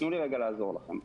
תנו לי רגע לעזור לכם,